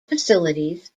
facilities